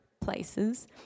places